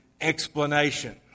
explanation